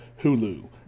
Hulu